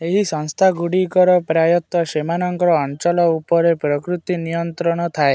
ଏହି ସଂସ୍ଥାଗୁଡ଼ିକର ପ୍ରାୟତଃ ସେମାନଙ୍କ ଅଞ୍ଚଳ ଉପରେ ପ୍ରକୃତ ନିୟନ୍ତ୍ରଣ ଥାଏ